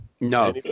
No